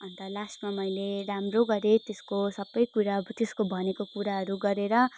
अन्त लास्टमा मैले राम्रो गरेँ त्यसको सबै कुरा अब त्यसको भनेको कुराहरू गरेर